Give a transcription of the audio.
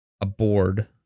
aboard